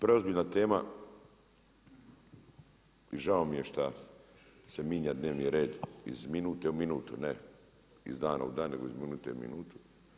Preozbiljna tema, i žao mi je šta se mijenja dnevni red iz minute u minutu, ne, iz dana u dan, nego iz minute u minutu.